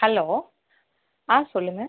hello ஆ சொல்லுங்க